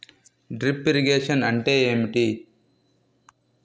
Drip irrigation అంటే ఏమిటి?